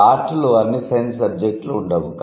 ఇప్పుడు ఆర్ట్ లో అన్ని సైన్స్ సబ్జెక్టులు ఉండవు